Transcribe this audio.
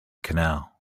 canal